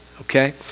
Okay